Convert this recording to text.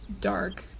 dark